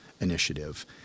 initiative